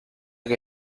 que